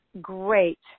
great